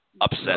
upset